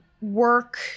work